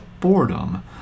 boredom